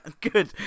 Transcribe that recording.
Good